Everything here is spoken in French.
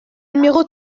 numéro